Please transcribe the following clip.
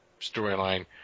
storyline